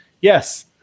Yes